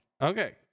Okay